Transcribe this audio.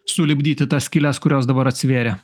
sulipdyti tas skyles kurios dabar atsivėrė